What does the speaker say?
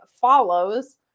follows